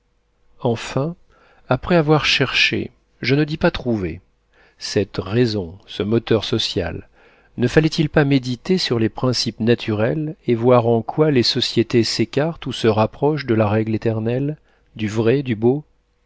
enfin après avoir cherché je ne dis pas trouvé cette raison ce moteur social ne fallait-il pas méditer sur les principes naturels et voir en quoi les sociétés s'écartent ou se rapprochent de la règle éternelle du vrai du beau